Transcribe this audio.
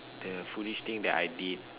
the foolish thing that I did